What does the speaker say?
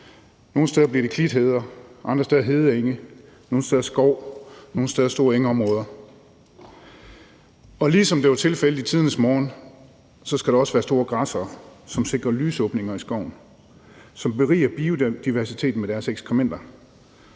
Nogle steder bliver det klitheder, andre steder hedeenge. Nogle steder bliver det skov, andre steder store engområder. Og ligesom det var tilfældet i tidernes morgen, skal der også være store græssere, som sikrer lysåbninger i skoven, som beriger biodiversiteten med deres ekskrementer,